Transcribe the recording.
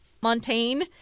Montaigne